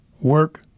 work